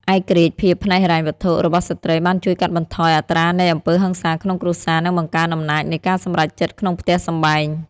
ឯករាជ្យភាពផ្នែកហិរញ្ញវត្ថុរបស់ស្ត្រីបានជួយកាត់បន្ថយអត្រានៃអំពើហិង្សាក្នុងគ្រួសារ និងបង្កើនអំណាចនៃការសម្រេចចិត្តក្នុងផ្ទះសម្បែង។